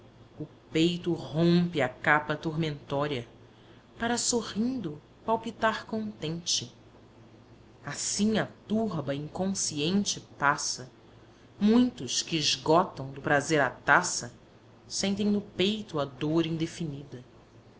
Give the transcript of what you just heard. o peito rompe a capa tormentória para sorrindo palpitar contente assim a turba inconsciente passa muitos que esgotam do prazer a taça sentem no peito a dor indefinida